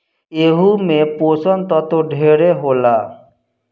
एहू मे पोषण तत्व ढेरे होला